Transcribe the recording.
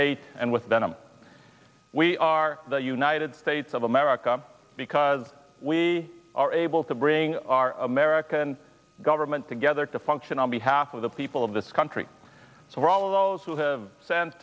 hate and with venom we are the united states of america because we are able to bring our american government together to function on behalf of the people of this country so for all of those who have s